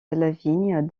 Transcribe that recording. lavigne